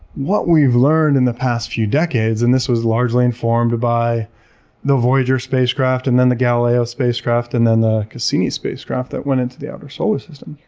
what we've learned in the past few decades, and this was largely informed by the voyager spacecraft, and then the galileo spacecraft, and then the cassini spacecraft that went into the outer solar system,